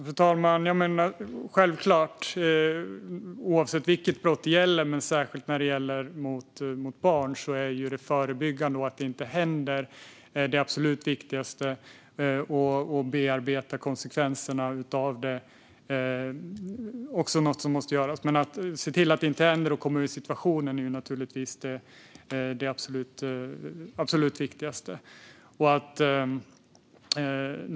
Fru talman! Ja, så är det självklart. Oavsett vilket brott det gäller, men särskilt när det gäller brott mot barn, är det absolut viktigaste det förebyggande arbetet. Att bearbeta konsekvenserna är också något som måste göras, men att se till att det inte händer och att man inte kommer i den situationen är naturligtvis det absolut viktigaste.